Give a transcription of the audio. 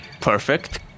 perfect